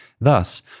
Thus